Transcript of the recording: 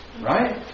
Right